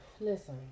Listen